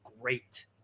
Great